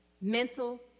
mental